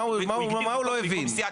מה הוא לא הבין?